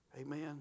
Amen